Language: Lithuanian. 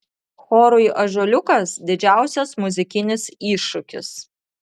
chorui ąžuoliukas didžiausias muzikinis iššūkis